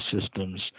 systems